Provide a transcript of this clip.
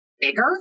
bigger